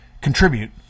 contribute